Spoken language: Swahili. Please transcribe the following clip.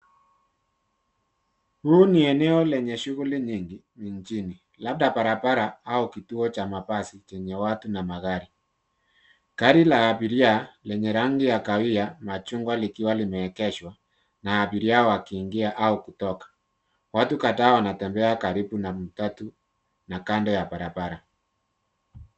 Huu ni eneo lenye shughuli nyingi, mijini, labda barabara, au kituo cha mabasi, chenye watu, na magari. Gari la abiria, lenye rangi ya kahawia, machungwa likiwa limeegeshwa, na abiria wakiingia, au kutoka. Watu kadhaa wanatembea karibu na matatu, na kando ya barabara.